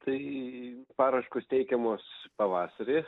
tai paraiškos teikiamos pavasarį